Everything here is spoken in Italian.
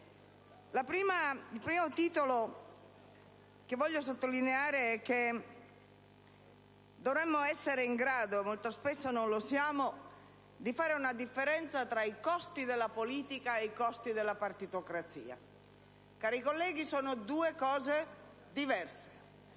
Il primo punto che voglio sottolineare è che dovremmo essere in grado - e molto spesso non lo siamo - di fare una differenza tra i costi della politica e i costi della partitocrazia: cari colleghi, sono due cose diverse!